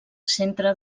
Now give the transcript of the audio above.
centre